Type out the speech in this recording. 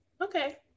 Okay